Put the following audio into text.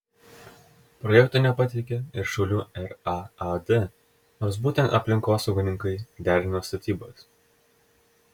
projekto nepateikė ir šiaulių raad nors būtent aplinkosaugininkai derino statybas